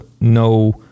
no